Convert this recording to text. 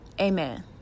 Amen